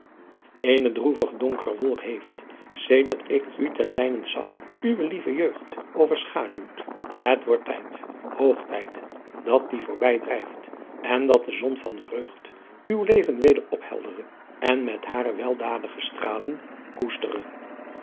eene droevig donkere wolk heeft sedert ik u ten mijnent zag uwe lieve jeugd overschaduwd het wordt tijd hoog tijd dat die adriaan loosjes pzn het leven van hillegonda buisman voorbij drijft en dat de zon van vreugd uw leven weder opheldere en met hare weldadige stralen koestere